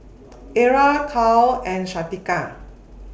Ara Cal and Shanika